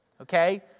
Okay